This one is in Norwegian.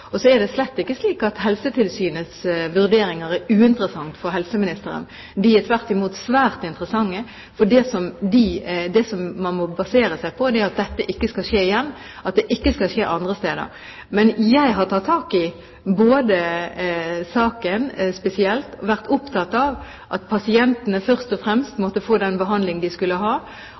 tvert imot svært interessante, for det man må basere seg på, er at dette ikke skal skje igjen – at det ikke skal skje andre steder. Jeg har tatt tak i saken spesielt. Jeg har vært opptatt av at pasientene først og fremst måtte få den behandling de skulle ha,